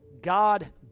God